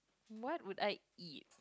what would I eat